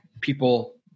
people